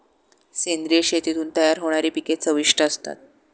सेंद्रिय शेतीतून तयार होणारी पिके चविष्ट असतात